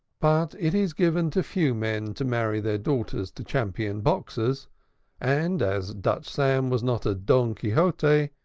but it is given to few men to marry their daughters to champion boxers and as dutch sam was not a don quixote,